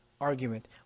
argument